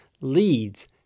leads